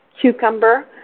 cucumber